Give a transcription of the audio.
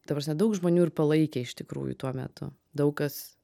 ta prasme daug žmonių ir palaikė iš tikrųjų tuo metu daug kas